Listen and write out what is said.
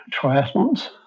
triathlons